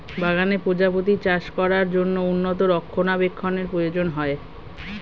বাগানে প্রজাপতি চাষ করার জন্য উন্নত রক্ষণাবেক্ষণের প্রয়োজন হয়